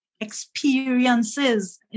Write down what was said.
experiences